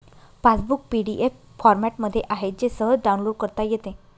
passbook PDF फॉरमॅटमध्ये आहे जे सहज डाउनलोड करता येते